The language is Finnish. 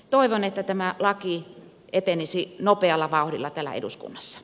toivon että tämä laki etenisi nopealla vauhdilla täällä eduskunnassa